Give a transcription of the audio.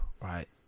right